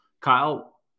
Kyle